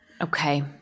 Okay